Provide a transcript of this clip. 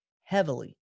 heavily